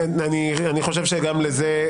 אני חושב שגם לזה,